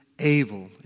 able